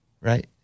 Right